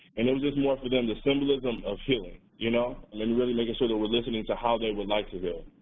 and it was just more for them the symbolism of healing, you know, and really making sure that we're listening to how they would like to heal.